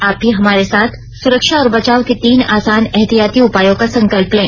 आप भी हमारे साथ सुरक्षा और बचाव के तीन आसान एहतियाती उपायों का संकल्प लें